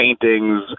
paintings